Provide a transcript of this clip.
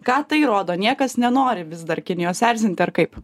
ką tai rodo niekas nenori vis dar kinijos erzinti ar kaip